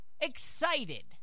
excited